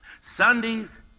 Sundays